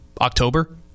October